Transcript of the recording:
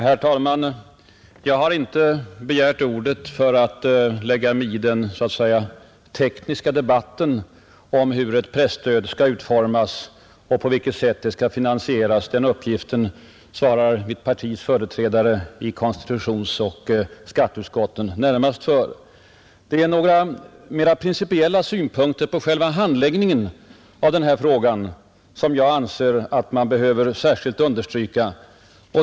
Herr talman! Jag har inte begärt ordet för att blanda mig i den så att säga ”tekniska” debatten om hur ett presstöd skall utformas och på vilket sätt det bör finansieras, Den uppgiften svarar främst mitt partis företrädare i konstitutionsoch skatteutskotten för. Det är några principiella synpunkter på själva handläggningen av denna fråga som jag anser behöver särskilt understrykas.